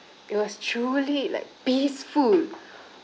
it was truly like peaceful